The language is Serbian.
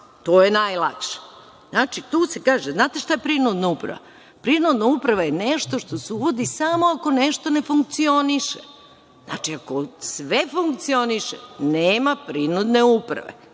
To je najlakše. Znači, tu se kaže, znate šta je prinudna uprava? Prinudna uprava je nešto što se uvodi samo ako nešto ne funkcioniše. Znači, ako sve funkcioniše, nema prinudne uprave.